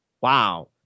wow